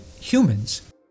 humans